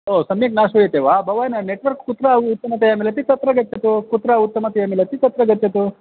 ओ सम्यक् न श्रूयते वा भवान् नेट्वर्क् कुत्र उत्तमतया मिलति तत्र गच्छतु कुत्र उत्तमतया मिलति तत्र गच्छतु